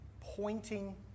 pointing